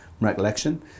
Recollection